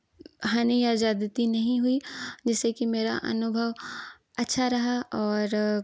हानी या ज़्यादती नहीं हुई जिससे की मेरा अनुभव अच्छा रहा और